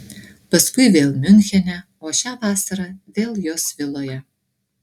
paskui vėl miunchene o šią vasarą vėl jos viloje